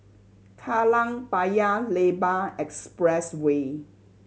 Kallang Paya Lebar Expressway